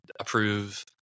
approve